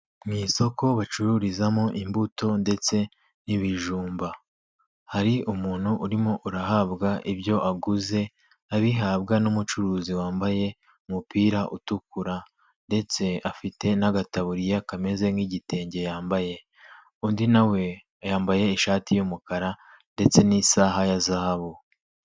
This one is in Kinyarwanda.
Ni isoko bacururizamo imbuto ndetse n'ibijumba, hari umuntu urimo urahabwa ibyo aguze, abihabwa n'umucuruzi wambaye umupira utukura ndetse afite n'agataburiya kameze nk'igitenge yambaye, undi nawe yambaye ishati y'umukara ndetse n'isaha ya zahabu.